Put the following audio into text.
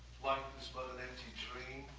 life is but an empty dream.